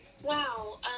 Wow